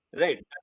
Right